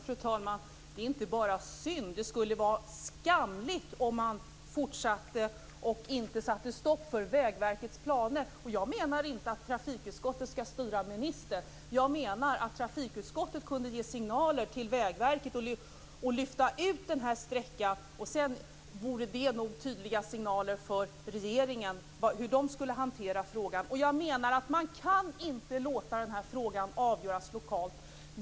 Fru talman! Det är inte bara synd. Det skulle vara skamligt om man fortsatte och inte satte stopp för Vägverkets planer. Jag menar inte att trafikutskottet skall styra ministern. Jag menar att trafikutskottet kunde ge signaler till Vägverket och lyfta ut den här sträckan. Sedan vore det nog tydliga signaler till regeringen om hur den borde hantera frågan. Jag menar att man inte kan låta den här frågan avgöras lokalt.